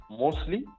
mostly